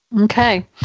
Okay